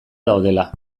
daudela